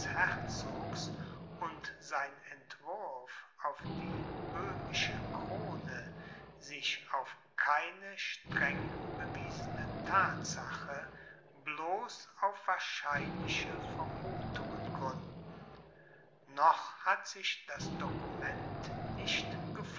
und sein entwurf auf die böhmische krone sich auf keine streng bewiesene thatsache bloß auf wahrscheinliche vermuthungen gründen noch hat sich das dokument nicht